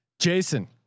Jason